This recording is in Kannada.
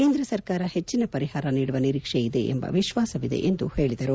ಕೇಂದ್ರ ಸರ್ಕಾರ ಹೆಚ್ಚಿನ ಪರಿಹಾರ ನೀಡುವ ನಿರೀಕ್ಷೆ ಇದೆ ಎಂಬ ವಿಶ್ವಾಸವಿದೆ ಎಂದು ಹೇಳಿದರು